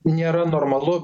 nėra normalu